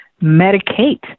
medicate